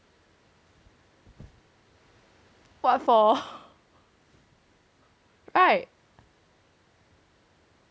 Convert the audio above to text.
what for right